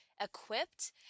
equipped